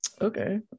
Okay